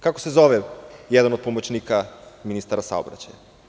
Kako se zove jedan od pomoćnika ministra saobraćaja?